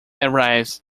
arrives